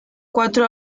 cuatro